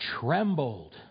trembled